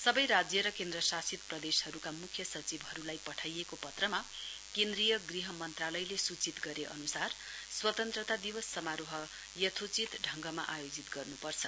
सबै राज्य र केन्द्र शासित प्रदेशहरू मुख्य सचिवहरूलाई पठाइएको पत्रमा केन्द्रीय गृह मन्त्रालयले सूचित गरे अनुसार स्वतन्त्रता दिवस समारोह यथोचित ढंगमा आयोजित गर्नुपर्छ